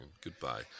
goodbye